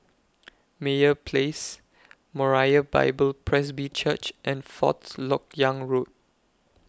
Meyer Place Moriah Bible Presby Church and Fourth Lok Yang Road